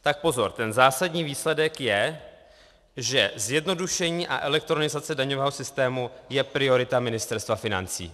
Tak pozor, ten zásadní výsledek je, že zjednodušení a elektronizace daňového systému je priorita Ministerstva financí.